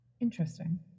Interesting